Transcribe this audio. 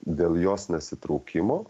dėl jos nesitraukimo